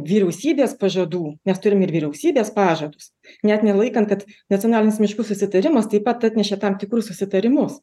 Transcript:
vyriausybės pažadų mes turim ir vyriausybės pažadus net nelaikant kad nacionalinis miškų susitarimas taip pat atnešė tam tikrus susitarimus